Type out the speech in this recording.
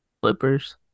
Flippers